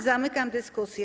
Zamykam dyskusję.